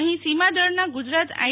અહીં સીમાદળના ગુજરાત આઈ